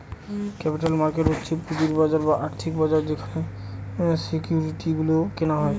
capital market হচ্ছে পুঁজির বাজার বা আর্থিক বাজার যেখানে সিকিউরিটি গুলো কেনা হয়